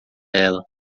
ela